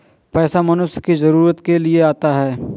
पैसा मनुष्य की जरूरत के लिए आता है